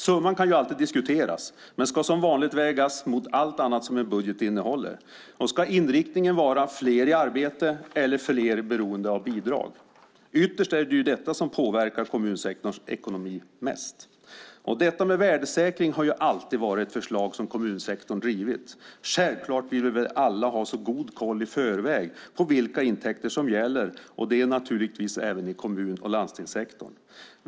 Summan kan alltid diskuteras men ska som vanligt vägas mot allt annat som en budget innehåller. Ska inriktningen vara på fler i arbete eller på fler i beroende av bidrag? Ytterst är det detta som mest påverkar kommunsektorns ekonomi. Detta med värdesäkring har alltid varit ett förslag som kommunsektorn drivit. Självklart vill vi väl alla i förväg ha en god koll på vilka intäkter som gäller, naturligtvis även i kommun och landstingssektorn.